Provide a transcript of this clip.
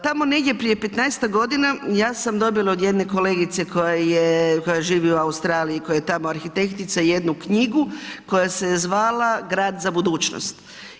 Tamo negdje prije 15-ak godina ja sam dobila od jedne kolegice koja živi u Australiji, koja je tamo arhitektica, jednu knjigu koja se zvala „Grad za budućnost“